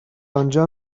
آنجا